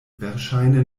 verŝajne